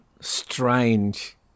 strange